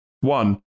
one